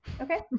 Okay